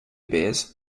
beers